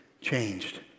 changed